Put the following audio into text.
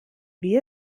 wie